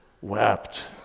wept